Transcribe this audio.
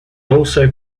also